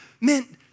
meant